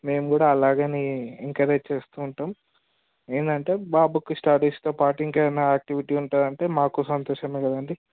మేము కూడా అలాగే ఎంకరేజ్ చేస్తు ఉంటాం ఏంటంటే బాబుకి స్టడీస్తో పాటు ఇంకా ఏమన్న యాక్టివిటీ ఉంటుంది అంటే మాకు సంతోషం కదండి